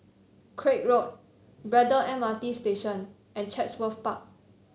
Craig Road Braddell M R T Station and Chatsworth Park